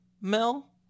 Mel